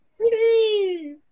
please